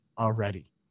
Already